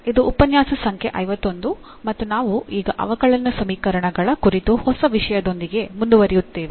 ಇದು ಉಪನ್ಯಾಸ ಸಂಖ್ಯೆ 51 ಮತ್ತು ನಾವು ಈಗ ಅವಕಲನ ಸಮೀಕರಣಗಳ ಕುರಿತು ಹೊಸ ವಿಷಯದೊಂದಿಗೆ ಮುಂದುವರಿಯುತ್ತೇವೆ